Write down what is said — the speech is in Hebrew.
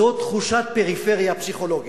זאת תחושת פריפריה פסיכולוגית,